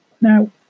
Now